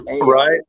Right